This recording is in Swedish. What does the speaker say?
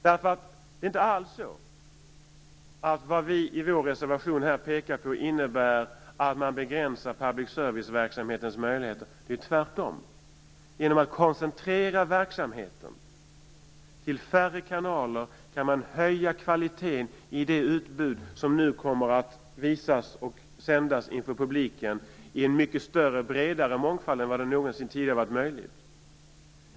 Det är inte alls så, att vad vi i vår reservation här pekar på innebär att man begränsar public serviceverksamhetens möjligheter. Det är tvärtom: Genom att koncentrera verksamheten till färre kanaler kan man höja kvaliteten i det utbud som nu kommer att visas och sändas till publiken i en mycket större och bredare mångfald än vad som någonsin tidigare varit möjligt.